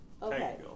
okay